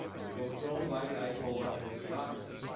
he was overthrown by the ayatollah and his theocracy.